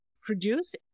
produce